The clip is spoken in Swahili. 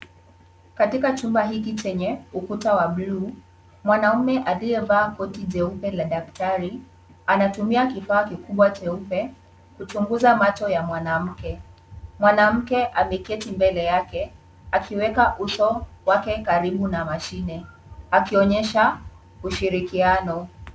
Katika chumba hiki chenye ukuta wa bluu, mwanaume aliyevaa koti jeupe la daktari anatumia kifaa kikubwa cheupe kuchunguza macho ya mwanamke. Mwanamke ameketi mbele yake, akiweka uso wake karibu na mashine akionyesha ushirikiano.